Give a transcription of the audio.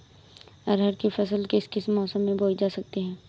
अरहर की फसल किस किस मौसम में बोई जा सकती है?